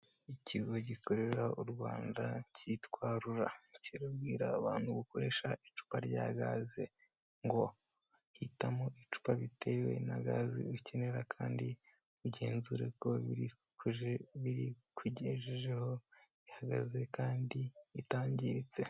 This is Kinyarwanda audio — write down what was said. Ikigo gikorera u Rwanda cyitwa RURA kirabwira abantu gukoresha icupa rya gaze ngo hitamo icupa bitewe na gaze ukenera kandi ugenzure ko barikugejejeho ihagaze kandi itangiritse.